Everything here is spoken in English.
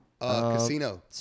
Casino